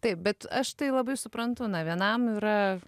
taip bet aš tai labai suprantu na vienam yra